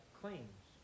claims